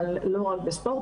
אבל לא רק בספורט,